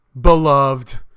Beloved